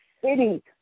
city